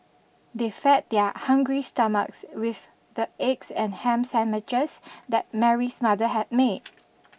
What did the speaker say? they fed their hungry stomachs with the eggs and ham sandwiches that Mary's mother had made